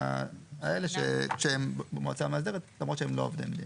האלה שהם במועצה המאסדרת למרות שהם לא עובדי מדינה.